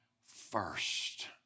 first